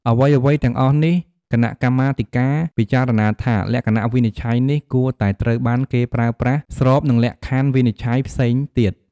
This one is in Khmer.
អ្វីៗទាំងអស់នេះគណៈកម្មាធិការ ពិចារណាថា លក្ខណវិនិច្ឆ័យនេះ គួរតែត្រូវបានគេប្រើប្រាស់ស្របនឹងលក្ខណវិនិច្ឆ័យផ្សេងទៀត។